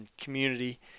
community